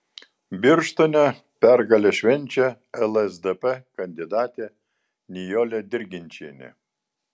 birštone pergalę švenčia lsdp kandidatė nijolė dirginčienė